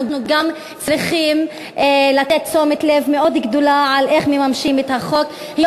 אנחנו גם צריכים לתת תשומת לב מאוד גדולה איך מממשים את החוק,